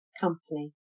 Company